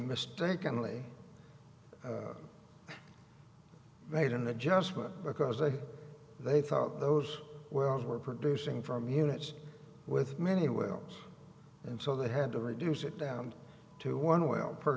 mistakenly made an adjustment because they they thought those wells were producing from units with many wells and so they had to reduce it down to one well per